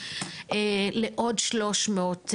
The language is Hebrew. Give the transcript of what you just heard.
לעוד 300,